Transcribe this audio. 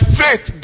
faith